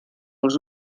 els